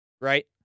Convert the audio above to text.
right